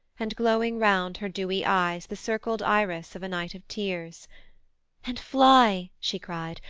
and glowing round her dewy eyes the circled iris of a night of tears and fly she cried,